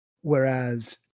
Whereas